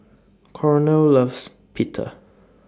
Cornel loves Pita